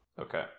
Okay